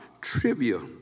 trivia